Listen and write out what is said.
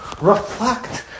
reflect